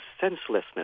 senselessness